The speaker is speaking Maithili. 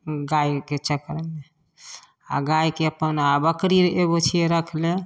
गायके चक्करमे आ गायके अपन आ बकरी एगो छियै रखले